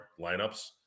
lineups